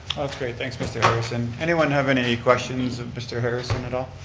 that's great, thanks mr. harrison. anyone have any questions of mr. harrison at all?